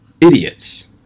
idiots